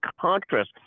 contrast